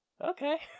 Okay